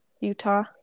Utah